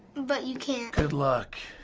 but you can't. good luck,